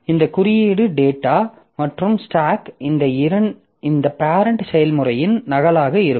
இந்த குறியீடு குறியீடு டேட்டா மற்றும் ஸ்டாக் இந்த பேரெண்ட் செயல்முறையின் நகலாக இருக்கும்